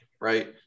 right